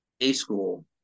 A-School